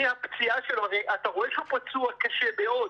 הרי אתה רואה שהוא פצוע קשה מאוד,